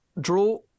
draw